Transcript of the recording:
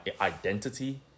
identity